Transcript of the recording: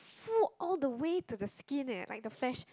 full all the way to the skin eh like the flesh